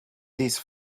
this